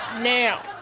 Now